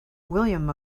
william